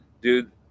Dude